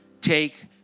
take